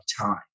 time